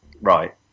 right